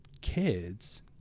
kids